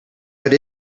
but